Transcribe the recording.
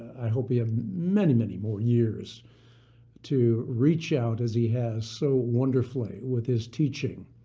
i hope we have many, many more years to reach out, as he has so wonderfully with his teaching,